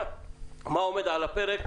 מה עומד על הפרק,